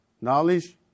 knowledge